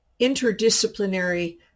interdisciplinary